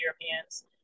Europeans